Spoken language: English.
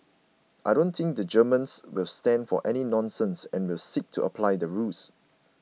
I don't think the Germans will stand for any nonsense and will seek to apply the rules